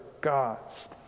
gods